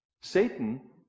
Satan